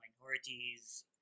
minorities